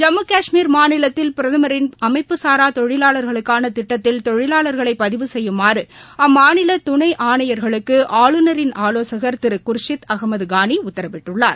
ஜம்மு கஷ்மீர் மாநிலத்தில் பிரதமரின் அமைப்புசாரா தொழிலாளர்களுக்கான திட்டத்தில் தொழிலாளர்களை பதிவு செய்யுமாறு அம்மாநில துணை ஆணையர்களுக்கு ஆளுநரின் ஆலோசகர் திரு குர்ஷித் அகமது கானி உத்தரவிட்டுள்ளார்